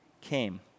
came